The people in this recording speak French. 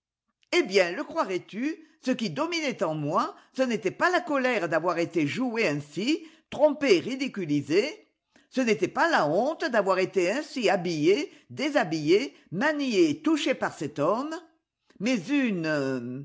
eh bien le croirais-tu ce qui dominait en moi ce n'était pas la colère d'avoir été jouée rose i ainsi trompée et ridiculisée ce n'était pas la honte d'avoir été ainsi habillée déshabillée maniée et touchée par cet homme mais une